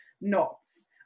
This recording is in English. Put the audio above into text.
knots